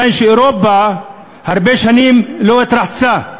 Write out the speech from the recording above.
זו אחת הדרכים להפרטת מים.